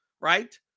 Right